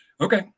Okay